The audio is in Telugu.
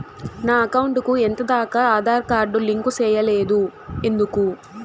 నా అకౌంట్ కు ఎంత దాకా ఆధార్ కార్డు లింకు సేయలేదు ఎందుకు